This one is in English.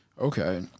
okay